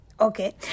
Okay